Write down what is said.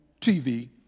TV